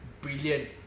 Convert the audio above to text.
brilliant